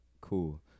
Cool